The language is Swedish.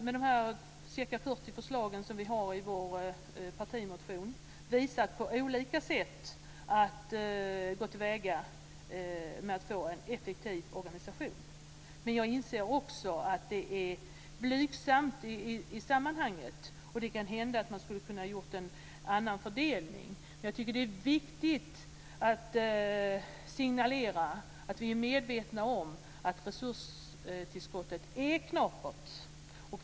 Med de ca 40 förslag som vi har i vår partimotion har vi visat på olika sätt att gå till väga för att få en effektiv organisation. Men jag inser också att det är blygsamt i sammanhanget, och det kan hända att man skulle ha kunnat göra en annan fördelning. Jag tycker att det är viktigt att signalera att vi är medvetna om att resurstillskottet är knapert.